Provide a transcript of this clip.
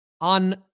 on